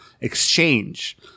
exchange